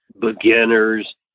beginners